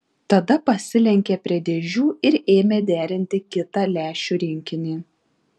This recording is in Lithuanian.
tada pasilenkė prie dėžių ir ėmė derinti kitą lęšių rinkinį